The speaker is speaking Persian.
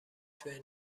توی